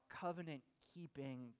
covenant-keeping